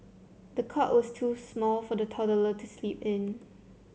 the cot was too small for the toddler to sleep in